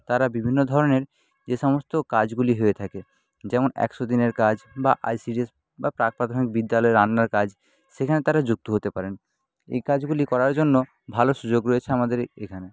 তারা বিভিন্ন ধরনের যে সমস্ত কাজগুলি হয়ে থাকে যেমন একশো দিনের কাজ বা আইসিডিএস বা প্রাক প্রাথমিক বিদ্যালয়ে রান্নার কাজ সেখানে তারা যুক্ত হতে পারেন এই কাজগুলি করার জন্য ভালো সুযোগ রয়েছে আমাদের এখানে